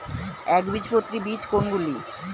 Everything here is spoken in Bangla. একবীজপত্রী বীজ কোন গুলি?